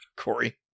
Corey